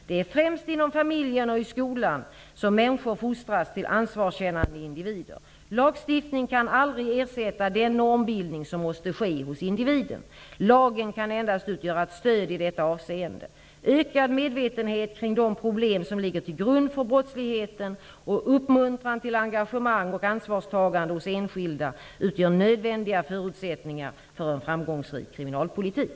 Det är främst inom familjen och i skolan som människor fostras till ansvarskännande individer. Lagstiftning kan aldrig ersätta den normbildning som måste ske hos individen. Lagen kan endast utgöra ett stöd i detta avseende. Ökad medvetenhet kring de problem som ligger till grund för brottsligheten och uppmuntran till engagemang och ansvarstagande hos enskilda utgör nödvändiga förutsättningar för en framgångsrik kriminalpolitik.